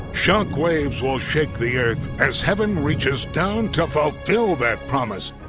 shock waves will shake the earth as heaven reaches down to fulfill that promise.